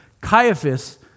Caiaphas